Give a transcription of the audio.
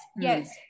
yes